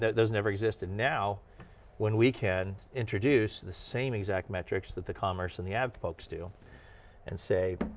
those never existed. now when we can introduce the same exact metrics that the commerce and the ad folks do and say,